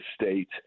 state